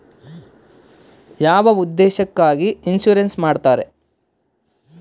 ಯಾವ ಉದ್ದೇಶಕ್ಕಾಗಿ ಇನ್ಸುರೆನ್ಸ್ ಮಾಡ್ತಾರೆ?